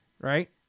Right